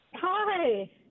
Hi